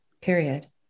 Period